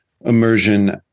immersion